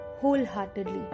wholeheartedly